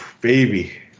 baby